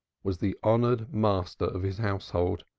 was the honored master of his household,